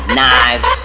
knives